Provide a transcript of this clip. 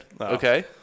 Okay